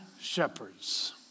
shepherds